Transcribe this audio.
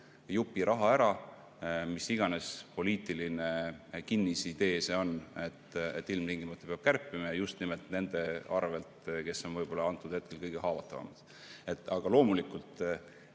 jupi raha ära. Mis iganes poliitiline kinnisidee see siis on, et ilmtingimata peab kärpima ja just nimelt nende arvel, kes on hetkel kõige haavatavamad. Aga loomulikult